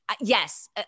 Yes